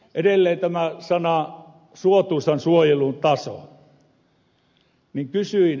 edelleen tämä suotuisan suojelun taso